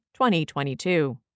2022